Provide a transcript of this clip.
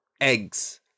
eggs